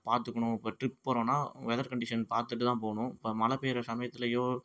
பார்த்துக்கணும் இப்போ ட்ரிப் போகிறோன்னா வெதர் கண்டிஷன் பார்த்துட்டு தான் போகணும் இப்போ மழை பெய்யுற சமயத்திலையோ